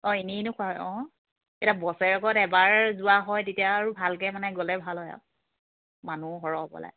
অঁ এনেইনো খোৱা হয় অঁ এতিয়া বছৰেকত এবাৰ যোৱা হয় তেতিয়া আৰু ভালকৈ মানে গ'লে ভাল হয় আৰু মানুহ সৰহ হ'ব লাগে